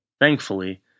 thankfully